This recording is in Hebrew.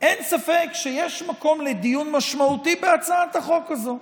אין ספק שיש מקום לדיון משמעותי בהצעת החוק הזו.